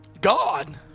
God